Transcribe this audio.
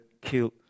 killed